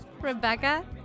Rebecca